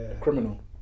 criminal